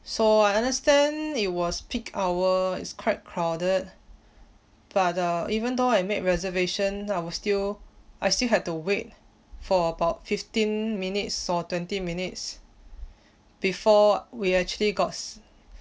so I understand it was peak hour it's quite crowded but uh even though I make reservation I was still I still had to wait for about fifteen minutes or twenty minutes before we actually got